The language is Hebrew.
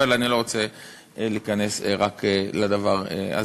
אבל אני לא רוצה להיכנס רק לדבר הזה.